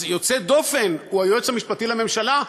יוצא דופן הוא היועץ המשפטי לממשלה,